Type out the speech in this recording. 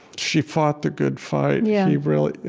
she fought the good fight. yeah he really and,